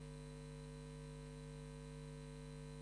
הישיבה הישיבה הבאה תתקיים ביום שלישי,